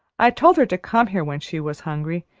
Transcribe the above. i told her to come here when she was hungry,